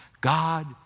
God